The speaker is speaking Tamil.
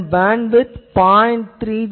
இதன் பேண்ட்விட்த் 0